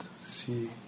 see